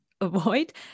avoid